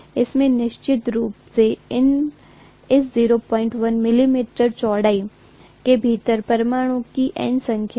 उसमें निश्चित रूप से उस 01 मिलीमीटर चौड़ाई के भीतर परमाणुओं की N संख्या है